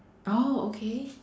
oh okay